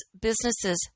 businesses